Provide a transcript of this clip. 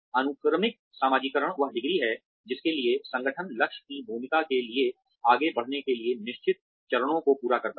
अनुक्रमिक समाजीकरण वह डिग्री है जिसके लिए संगठन लक्ष्य की भूमिका के लिए आगे बढ़ने के लिए निश्चित चरणों को पूरा करता है